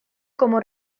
como